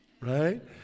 Right